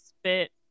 spit